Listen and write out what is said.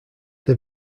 they